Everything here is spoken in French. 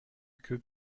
queue